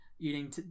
eating